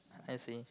I see